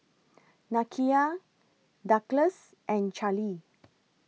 Nakia Douglas and Charlee